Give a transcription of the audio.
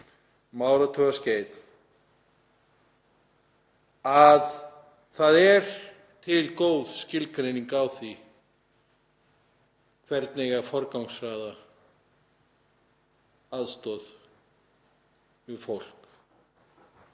áratugaskeið, að það er til góð skilgreining á því hvernig eigi að forgangsraða aðstoð við fólk.